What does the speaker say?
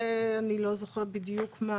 אני לא זוכרת בדיוק,